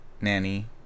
Nanny